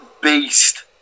beast